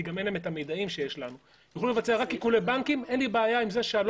כי גם אין להם המידעים שיש לנו אין לי בעיה עם זה שלא